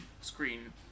screen